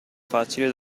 facile